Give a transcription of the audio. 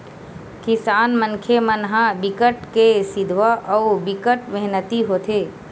किसान मनखे मन ह बिकट के सिधवा अउ बिकट मेहनती होथे